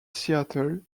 seattle